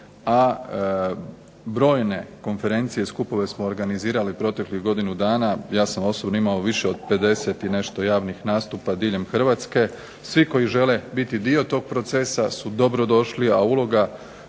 A brojne konferencije i skupove smo organizirali tijekom proteklih godinu dana, ja sam osobno imao više od 50 javnih nastupa diljem hrvatske. Svi koji žele biti dio tog procesa su dobrodošli, a uloga